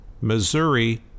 missouri